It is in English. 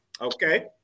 Okay